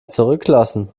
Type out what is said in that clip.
zurücklassen